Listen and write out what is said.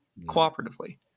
cooperatively